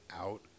out